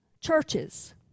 churches